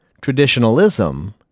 Traditionalism